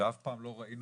ואף פעם לא הבנו